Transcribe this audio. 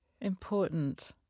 important